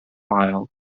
file